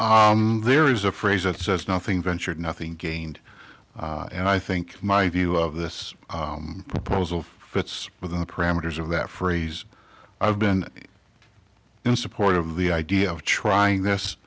please there is a phrase that says nothing ventured nothing gained and i think my view of this proposal fits within the parameters of that phrase i've been in support of the idea of trying this